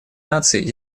наций